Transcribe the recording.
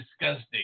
disgusting